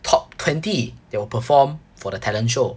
top twenty they will perform for the talent show